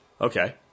Okay